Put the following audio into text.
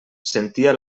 sentia